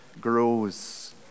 grows